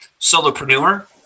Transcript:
solopreneur